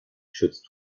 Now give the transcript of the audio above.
schützt